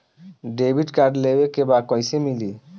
Debit card लेवे के बा कईसे मिली?